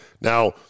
now